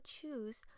choose